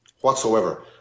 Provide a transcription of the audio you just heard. whatsoever